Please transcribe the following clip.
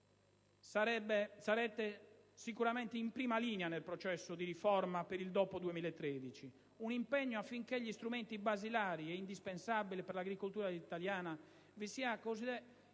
sarà sicuramente in prima linea nel processo di riforma per il dopo 2013, un impegno affinché fra gli strumenti basilari e indispensabili per l'agricoltura italiana vi sia il